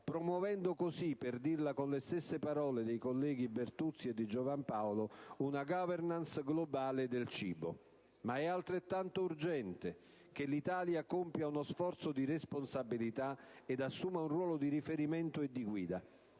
promuovendo così - per dirla con le stesse parole dei colleghi Bertuzzi e Di Giovan Paolo - una *governance* globale del cibo. È altrettanto urgente, però, che l'Italia compia uno sforzo di responsabilità ed assuma un ruolo di riferimento e di guida.